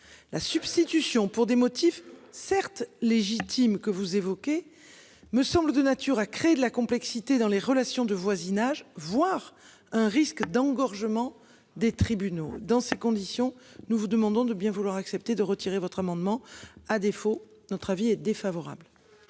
la substitution pour des motifs certes légitime que vous évoquez, me semble de nature à créer de la complexité dans les relations de voisinage, voire un risque d'engorgement des tribunaux. Dans ces conditions. Nous vous demandons de bien vouloir accepter de retirer votre amendement. À défaut, notre avis est défavorable.